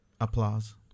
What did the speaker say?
Applause